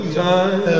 time